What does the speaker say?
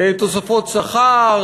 תוספות שכר